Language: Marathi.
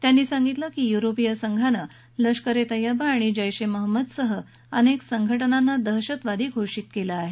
त्यांनी सांगितलं की युरोपीय संघानं लष्कर ए तय्यबा आणि जैश ए महम्मदसह अनेक संघटनांना दहशतवादी घोषित केलं आहे